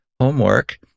homework